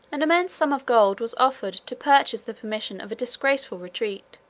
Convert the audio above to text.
an immense sum of gold was offered to purchase the permission of a disgraceful retreat.